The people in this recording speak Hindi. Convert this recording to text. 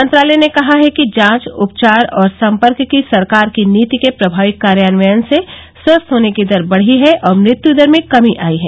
मंत्रालय ने कहा है कि जांच उपचार और संपर्क की सरकार की नीति के प्रभावी कार्यान्वयन से स्वस्थ होने की दर बढी है और मृत्यु दर में कमी आई है